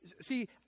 See